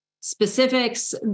specifics